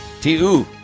T-U